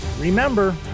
remember